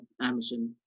Amazon